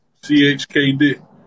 CHKD